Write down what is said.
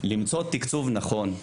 למצוא תקצוב נכון.